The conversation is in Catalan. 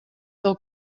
del